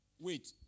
Wait